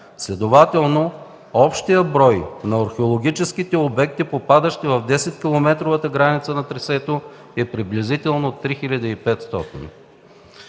Следователно общият брой на археологическите обекти, попадащи в 10-километровата граница на трасето, е приблизително 3500.”